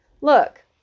Look